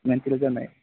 mental जानाय